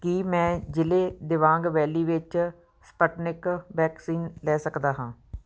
ਕੀ ਮੈਂ ਜ਼ਿਲ੍ਹੇ ਦਿਬਾਂਗ ਵੈਲੀ ਵਿੱਚ ਸਪੁਟਨਿਕ ਵੈਕਸੀਨ ਲੈ ਸਕਦਾ ਹਾਂ